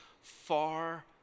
far